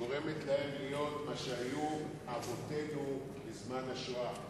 גורמים להם להיות מה שהיו אבותינו בזמן השואה.